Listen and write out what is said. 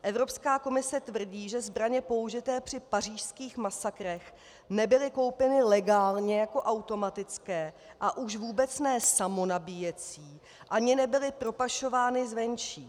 Evropská komise tvrdí, že zbraně použité při pařížských masakrech nebyly koupeny legálně jako automatické a už vůbec ne samonabíjecí, ani nebyly propašovány zvenčí.